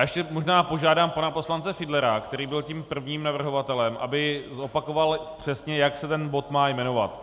Ještě možná požádám pana poslance Fiedlera, který byl tím prvním navrhovatelem, aby zopakoval přesně, jak se ten bod má jmenovat.